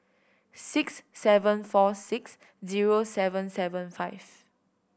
six seven four six zero seven seven five